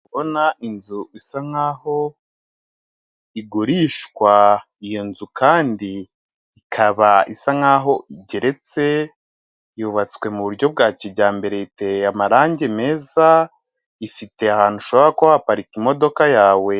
Ndabona inzu isa nkaho igurishwa iyo nzu, kandi ikaba isa nkaho igeretse yubatswe muburyo bwa kijyambere iteye amarangi meza ifite ahantu ushobora kuba waparika imodoka yawe.